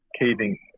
caving